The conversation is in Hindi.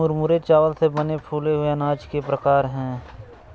मुरमुरे चावल से बने फूले हुए अनाज के प्रकार है